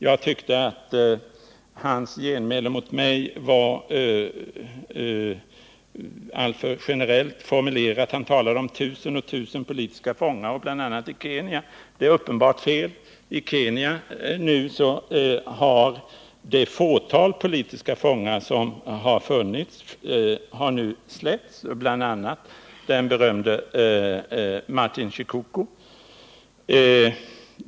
Jag tyckte att hans genmäle var alltför generellt formulerat. Han talade om tusen och åter tusen politiska fångar, bl.a. i Kenya, vilket uppenbarligen är fel. Det fåtal politiska fångar som har funnits i Kenya har nu släppts, bl.a. den berömde tidigare parlamentsledamoten Martin Shikuku.